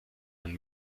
man